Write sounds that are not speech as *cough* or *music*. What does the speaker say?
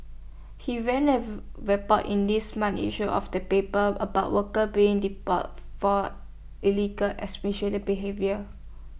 he ran A report in this month's issue of the paper about workers being deported for alleged *unintelligible* behaviour